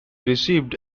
received